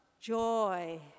joy